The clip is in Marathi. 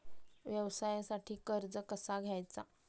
व्यवसायासाठी कर्ज कसा घ्यायचा?